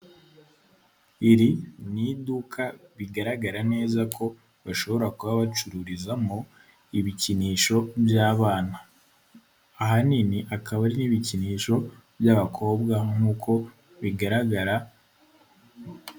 Iri ni iduka bigaragara neza ko bashobora kuba bacururizamo ibikinisho by'abana. Ahanini akaba ari nk'ibikinisho by'abakobwa nk'uko bigaragara.